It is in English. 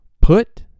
Put